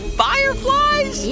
fireflies